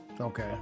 Okay